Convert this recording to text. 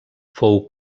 fou